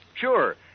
Sure